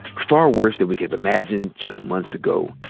far worse than we could have imagined just months ago.